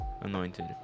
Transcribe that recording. anointed